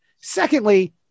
Secondly